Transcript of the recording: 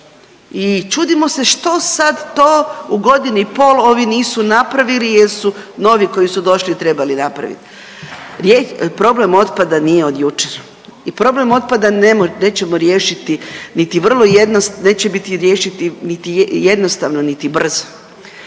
I čudimo se što sad to ovi u godinu i pol ovi nisu napravili jer su oni koji su došli trebali napraviti. Problem otpada nije od jučer. I problem otpada nećemo riješiti niti vrlo, neće biti riješiti niti jednostavno, niti brzo